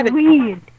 weird